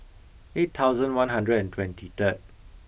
eight thousand one hundred and twenty third